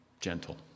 gentle